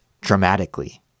dramatically